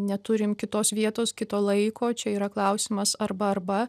neturim kitos vietos kito laiko čia yra klausimas arba arba